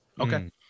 Okay